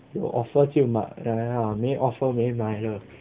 有 offer 就买当然啦没 offer 没买了